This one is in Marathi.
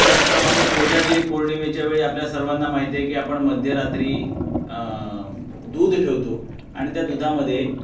त्याचप्रमाणे कोजागिरी पौर्णिमेच्यावेळी आपल्या सर्वांना माहिती आहे की आपण मध्यरात्री दूध ठेवतो आणि त्या दुधामध्ये